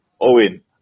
Owen